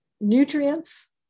nutrients